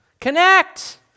connect